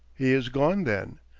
he is gone, then!